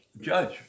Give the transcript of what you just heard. Judge